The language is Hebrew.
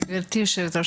גברתי היושבת-ראש,